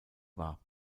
war